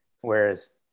Whereas